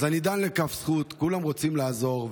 אז אני דן לכף זכות, כולם רוצים לעזור.